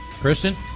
Kristen